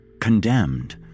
condemned